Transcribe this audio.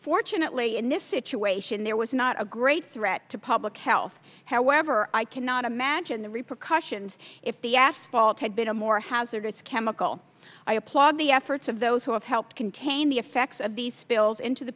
fortunately in this situation there was not a great threat to public health however i cannot imagine the repercussions if the asphalt had been a more hazardous chemical i applaud the efforts of those who have helped contain the effects of the spills into the